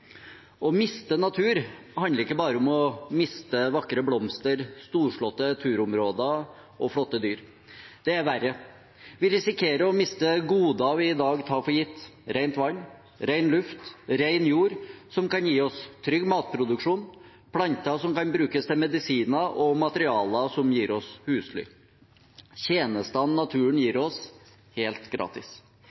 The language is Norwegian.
Å miste natur handler ikke bare om å miste vakre blomster, storslåtte turområder og flotte dyr. Det er verre. Vi risikerer å miste goder vi i dag tar for gitt: rent vann, ren luft og ren jord som kan gi oss trygg matproduksjon, planter som kan brukes til medisiner, og materialer som gir oss husly – tjenester naturen gir oss helt gratis.